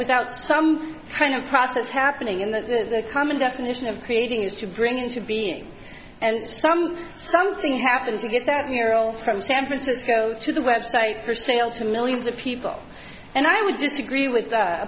without some kind of process happening in the common definition of creating is to bring into being and some something happens you get that mural from san francisco to web site for sale to millions of people and i would disagree with that